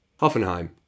Hoffenheim